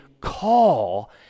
call